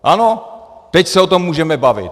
Ano, teď se o tom můžeme bavit.